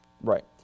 Right